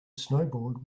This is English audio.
snowboard